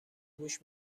گوش